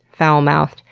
foul-mouthed,